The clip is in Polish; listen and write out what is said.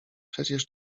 przecież